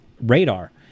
radar